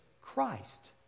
Christ